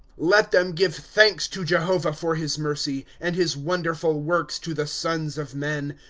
let them give thanks to jehovah for his mercy, and his wonderful works to the sons of men.